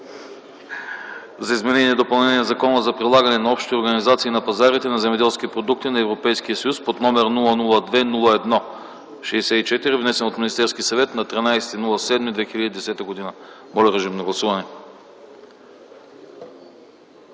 за изменение и допълнение на Закона за прилагане на Общите организации на пазарите на земеделски продукти на Европейския съюз, № 002 01 64, внесен от Министерския съвет на 13 юли 2010 г. Гласували